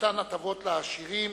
ומתן הטבות לעשירים.